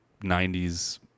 90s